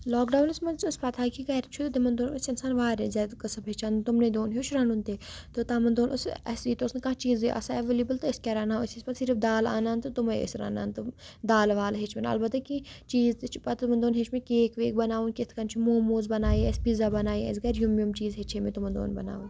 lock ڈاونَس منٛز ٲس پَتہٕ ہا کہِ گَرِ چھُ تِمَن دۄہَن ٲسۍ اِنسان واریاہ زیادٕ کٔسٕب ہیٚچھان تِمنٕے دۄہَن ہیوٚچھ رَنُن تہِ تہٕ تَمَن دۄہَن ٲس اَسہِ ییٚتہِ اوس نہٕ کانٛہہ چیٖزٕے آسان ایٚولیبٕل تہٕ أسۍ کیٛاہ رَنہٕ ہاو أسۍ ٲسۍ پَتہٕ صرف دال اَنان تہٕ تٕمَے ٲسۍ رَنان تہٕ دالہٕ والہٕ ہیٚچھِ وۄنۍ البتہ کینٛہہ چیٖز تہِ چھِ پَتہٕ تِمَن دۄہَن ہیوٚچھ مےٚ کیک ویک بَناوٕنۍ کِتھ کٔنۍ چھُ موموز بَنایے اَسہِ پیٖزا بَنایے اَسہِ کَرِ یُم یُم چیٖز ہیٚچھے مےٚ تِمَن دۄہَن بَناوٕنۍ